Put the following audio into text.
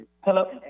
Hello